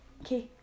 okay